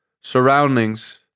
surroundings